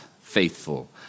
faithful